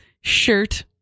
shirt